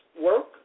work